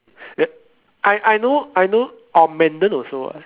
uh I I know I know also what